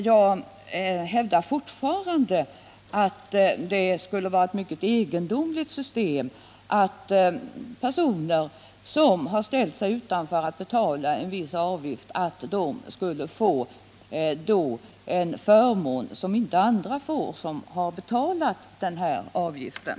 Jag hävdar fortfarande att det skulle vara ett mycket egendomligt system att personer som inte velat betala en viss avgift skulle få en förmån som inte andra får som har betalat avgiften.